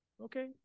Okay